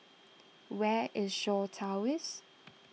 where is Shaw Towers